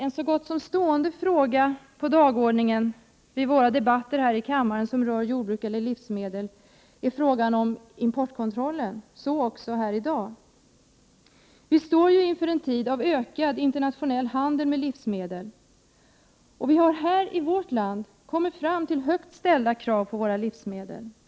En så gott som stående fråga på dagordningen vid våra debatter här i kammaren som rör jordbruk eller livsmedel är frågan om importkontrollen, så också i dag. Vi befinner oss i en tid av ökad internationell handel med livsmedel. I vårt land ställer vi höga krav på våra livsmedel.